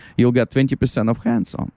you'll get twenty percent of hands um